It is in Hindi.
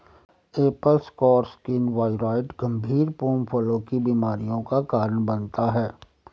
एप्पल स्कार स्किन वाइरॉइड गंभीर पोम फलों की बीमारियों का कारण बनता है